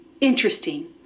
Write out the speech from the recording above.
Interesting